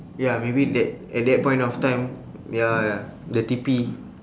ya maybe that at that point of time ya ya the T_P